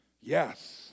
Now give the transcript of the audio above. Yes